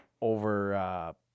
over